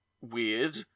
weird